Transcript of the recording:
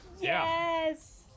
Yes